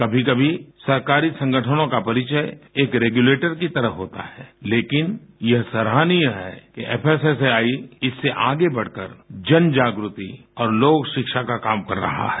कभी कभी सरकारी संगठनों का परिचय एक रेगुलेटर की तरह होता है लेकिन यह सराहनीय है कि एफ एसएसएआई इससे आगे बढ़कर जन जागृति और लोकशिक्षा का काम कर रहा है